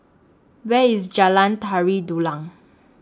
Where IS Jalan Tari Dulang